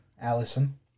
Allison